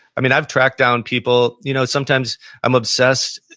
i've tracked down people, you know sometimes i'm obsessed,